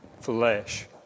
flesh